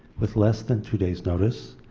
with less than two days notice,